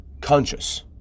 conscious